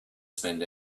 spend